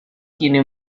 tiene